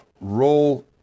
roll